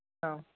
औ